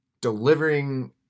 delivering